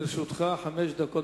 לרשותך חמש דקות.